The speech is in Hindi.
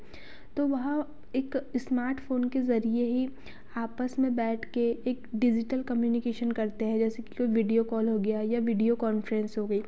तो वहाँ एक इस्मार्ट फ़ोन के ज़रिये ही आपस में बैठ कर एक डिजिटल कम्यूनिकेशन करते हैं जैसे कि कोई वीडियो कॉल हो गया या वीडियो कॉन्फ्रेंस हो गई